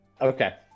okay